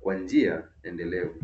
kwa njia endelevu.